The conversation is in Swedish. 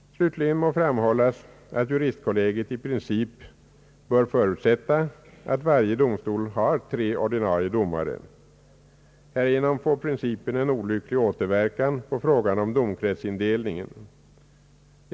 Slutligen må framhållas att juristkollegiet i princip bör förutsätta att varje domstol har tre ordinarie domare. Denna princip får en olycklig återverkan på frågan om domkretsindelningen.